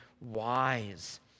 wise